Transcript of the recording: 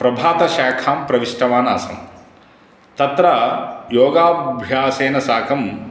प्रभातशाखां प्रविष्टवान् आसम् तत्र योगाभ्यासेन साकं